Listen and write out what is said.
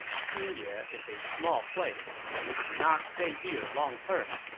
xinye is a small place and we cannot stay here long-term.